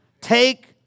Take